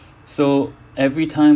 so every time